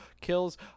kills